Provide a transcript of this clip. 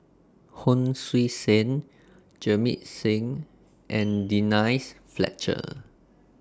Hon Sui Sen Jamit Singh and Denise Fletcher